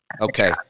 Okay